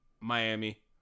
Miami